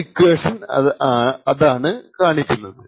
ഈ ഇക്വേഷൻ അതാണ് കാണിക്കുന്നത്